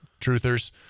truthers